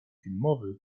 filmowych